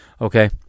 Okay